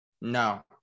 No